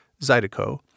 Zydeco